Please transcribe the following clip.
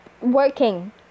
working